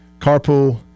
carpool